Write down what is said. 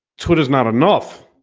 truth is not enough